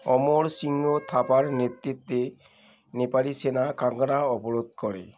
অমর সিংহ থাপার নেতৃত্বে নেপালি সেনা কাংড়া অবরোধ করে